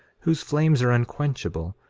whose flames are unquenchable,